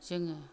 जोङो